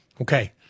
Okay